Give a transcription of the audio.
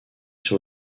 sur